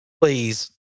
please